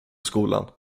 skolan